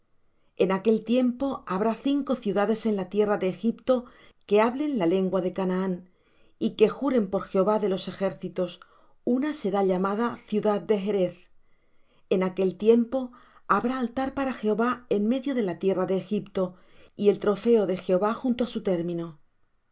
en aquel tiempo habrá cinco ciudades en la tierra de egipto que hablen la lengua de canaán y que juren por jehová de los ejércitos una será llamada la ciudad herez en aquel tiempo habrá altar para jehová en medio de la tierra de egipto y el trofeo de jehová junto á su término